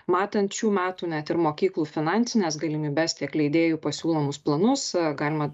matant šių metų net ir mokyklų finansines galimybes tiek leidėjų pasiūlomus planus galima